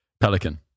Pelican